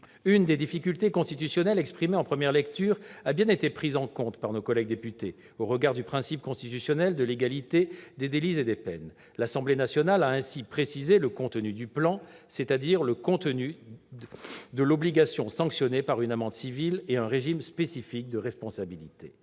Une des difficultés constitutionnelles exprimées en première lecture a bien été prise en compte par nos collègues députés, au regard du principe constitutionnel de légalité des délits et des peines. L'Assemblée nationale a ainsi précisé le contenu du plan, c'est-à-dire le contenu de l'obligation sanctionnée par une amende civile et un régime spécifique de responsabilité.